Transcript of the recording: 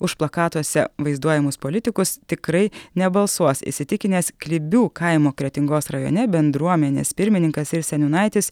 už plakatuose vaizduojamus politikus tikrai nebalsuos įsitikinęs klibių kaimo kretingos rajone bendruomenės pirmininkas ir seniūnaitis